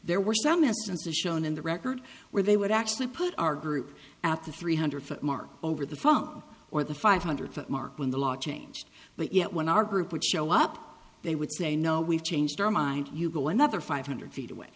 there were some instances shown in the record where they would actually put our group at the three hundred foot mark over the phone or the five hundred foot mark when the law changed but yet when our group would show up they would say no we've changed our mind you go another five hundred feet away